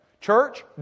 Church